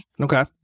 Okay